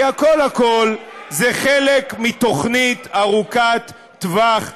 כי הכול הכול זה חלק מתוכנית ארוכת טווח,